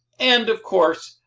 and of course,